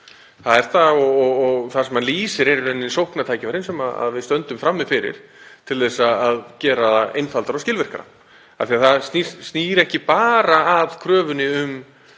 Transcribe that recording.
Það er það og það sem hann lýsir eru í raun sóknartækifærin sem við stöndum frammi fyrir til að gera það einfaldara og skilvirkara. Það snýr ekki bara að kröfunni um